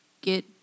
get